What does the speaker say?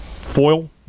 foil